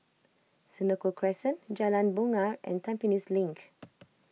Senoko Crescent Jalan Bungar and Tampines Link